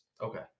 Okay